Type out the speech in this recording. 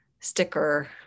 sticker